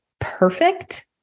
perfect